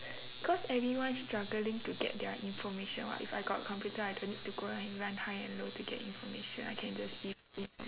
cause everyone is struggling to get their information [what] if I got computer I don't need to run high and low to get information I can just give information